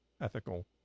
ethical